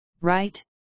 right